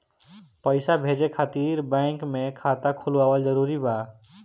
पईसा भेजे खातिर बैंक मे खाता खुलवाअल जरूरी बा?